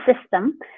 system